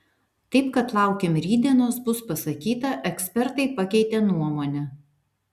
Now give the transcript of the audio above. taip kad laukim rytdienos bus pasakyta ekspertai pakeitė nuomonę